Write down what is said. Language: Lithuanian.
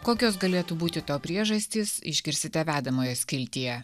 kokios galėtų būti to priežastys išgirsite vedamojo skiltyje